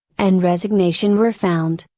and resignation were found,